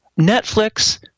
Netflix